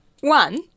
One